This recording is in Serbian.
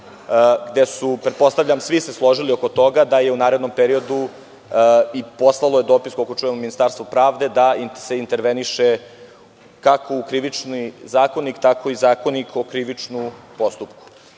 gde su se, pretpostavljam, svi složili oko toga, u narednom periodu poslat je i dopis, koliko čujem, Ministarstvu pravde, da se interveniše, kako u Krivični zakonik, tako i Zakon o krivičnom postupku. Nas